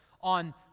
on